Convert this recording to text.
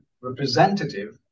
representative